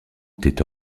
étaient